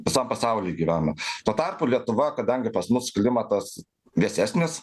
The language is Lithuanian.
visam pasauly gyvena tuo tarpu lietuva kadangi pas mus klimatas vėsesnis